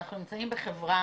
אנחנו נמצאים בחברה